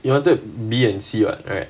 you wanted B and C [what] right